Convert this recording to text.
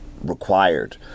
required